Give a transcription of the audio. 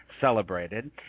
celebrated